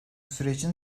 sürecin